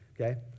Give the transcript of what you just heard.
okay